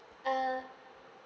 uh